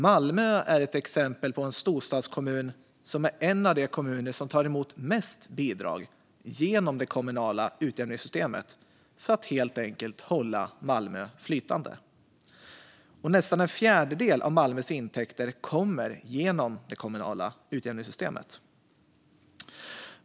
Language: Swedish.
Malmö är ett exempel på en storstadskommun som är en av de kommuner som tar emot mest bidrag genom det kommunala utjämningssystemet för att helt enkelt hålla Malmö flytande. Nästan en fjärdedel av Malmös intäkter kommer genom det kommunala utjämningssystemet.